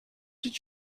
did